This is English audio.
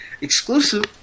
exclusive